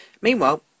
Meanwhile